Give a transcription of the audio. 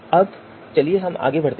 अब चलिए आगे बढ़ते हैं